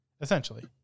Essentially